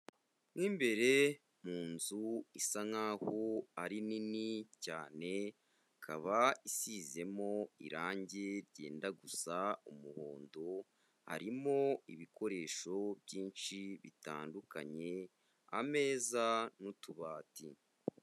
Mo imbere mu nzu isa nk'aho ari nini cyane, ikaba ishyizemo irange ryenda gusa umuhondo harimo ibikoresho byinshi bitandukanye, ameza n'utubati.